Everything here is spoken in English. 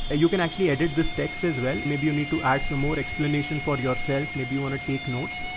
you can actually edit this text as well. maybe you need to add some more explanation for yourself. maybe you want to take notes.